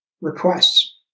requests